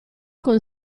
con